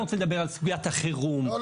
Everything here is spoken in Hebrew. אני רוצה לדבר על סוגית החירום --- לא,